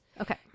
okay